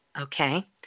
Okay